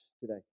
today